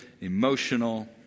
emotional